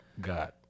god